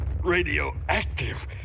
radioactive